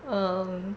um